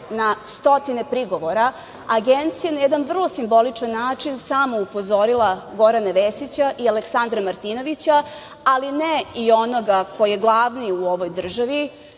na stotine prigovora. Agencija je na jedan vrlo simboličan način samo upozorila Gorana Vesića i Aleksandra Martinovića, ali ne i onoga koji je glavni u ovoj državi,